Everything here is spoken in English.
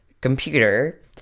computer